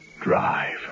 drive